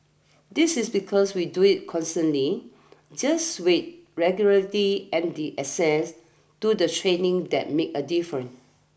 this is because we do it constantly just with regularity and the access to the training that makes a difference